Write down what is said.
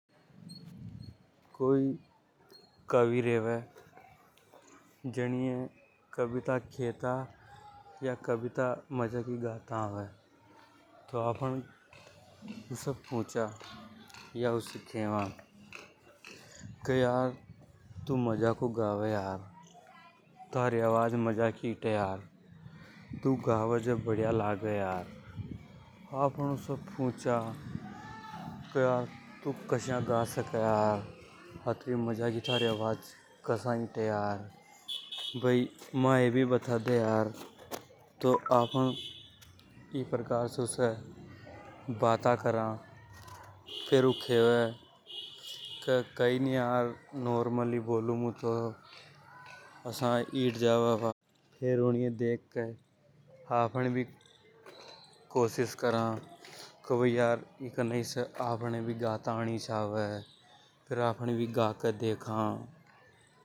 कोई कवि रेवे जनिए कविता मजाकी खेता या गाता आवे। तो आपन उसे पूंछा या खेवा के तू मजाकों गावे यार थारी आवाज मजाकी हिते यार। आपन उसे पूंछा के तू कस्या गावे यार, अत्री मजाकी थारी आवाज कास्या हीते यार। भई मयभी बता दे यार ई प्रकार से उसे बाटा करा फेर ऊ खेवे कई नि यार। नॉर्मल ही बोलूं मु आसा हिट जावे आवाज। फेर ऊनिय देख के आपन भी कोशिश करा, के यार ईके नई से आपन ये भी गया आणि चावें।